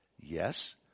Yes